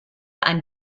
ein